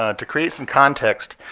ah to create some context,